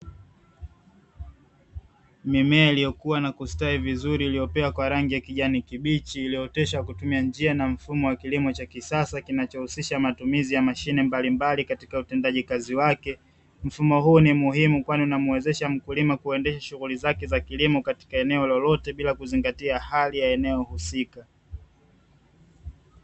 Mmea iliyokua na kustawi vizuri iliyopea kwa rangi ya kijani kibichi, iliyooteshwa kutumia njia na mfumo wa kilimo cha kisasa; kinachohusisha matumizi ya mashine mbalimbali, katika utendaji kazi wake. Mfumo huu ni muhimu kwani unamwezesha mkulima kuendesha shughuli zake za kilimo, katika eneo lolote bila kuzingatia hali ya eneo.